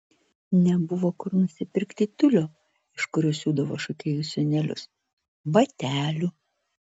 nebuvo kur nusipirkti tiulio iš kurio siūdavo šokėjų sijonėlius batelių